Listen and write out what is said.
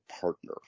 partner